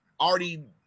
already